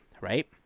right